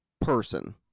person